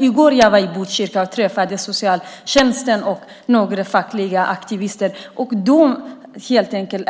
I går var jag i Botkyrka och träffade representanter för socialtjänsten och några fackliga aktivister. De är helt enkelt